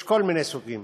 יש כל מיני סוגים